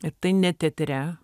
ir tai ne teatre